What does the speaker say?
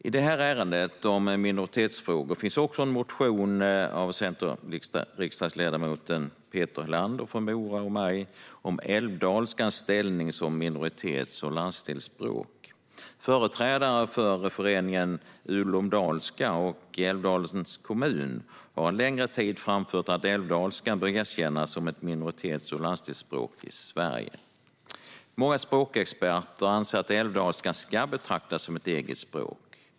I ärendet om minoritetsfrågor finns också en motion av centerriksdagsledamoten Peter Helander från Mora och av mig. Den handlar om älvdalskans ställning som minoritets och landsdelsspråk. Företrädare för föreningen Ulum Dalska och Älvdalens kommun har under en längre tid framfört att älvdalskan bör erkännas som minoritets och landsdelsspråk i Sverige. Många språkexperter anser att älvdalskan ska betraktas som eget språk.